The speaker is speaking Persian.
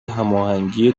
هماهنگی